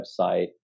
website